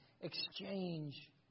Exchange